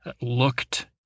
Looked